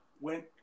went